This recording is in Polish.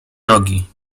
nogi